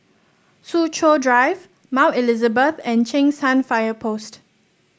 Soo Chow Drive Mount Elizabeth and Cheng San Fire Post